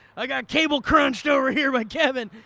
i got cable crunched over here by kevin.